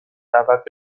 دعوت